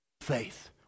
faith